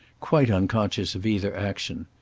quite unconscious of either action.